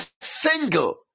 single